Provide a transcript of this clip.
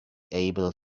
able